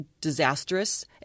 disastrous